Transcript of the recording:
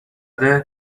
زده